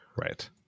Right